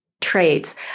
traits